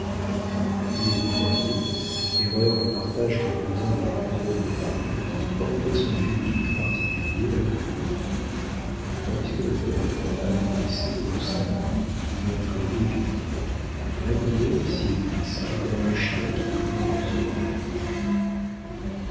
il croyait erreur que partagent quelques uns des grands hommes de paris porter son public particulier avec lui tandis que le poëte accomplissait au salon une entrée étudiée la brière s'y glissa comme un chien qui craint de recevoir des coups